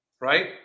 right